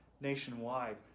nationwide